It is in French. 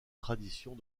traditions